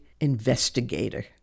investigator